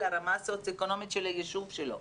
ללמוד מוסיקה בגלל הרמה הסוציו-אקונומית של היישוב שלו?